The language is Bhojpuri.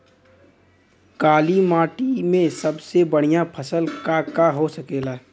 काली माटी में सबसे बढ़िया फसल का का हो सकेला?